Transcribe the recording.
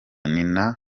nina